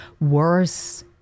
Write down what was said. worse